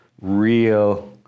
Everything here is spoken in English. real